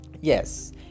yes